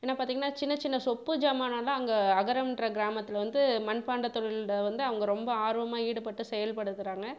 ஏன்னால் பார்த்தீங்கன்னா சின்ன சின்ன சொப்பு சாமானெல்லாம் அங்கே அகரமென்ற கிராமத்தில் வந்து மண்பாண்டம் தொழில் வந்து அங்கே ரொம்ப ஆர்வமாக ஈடுபட்டு செயல்படுத்துகிறாங்க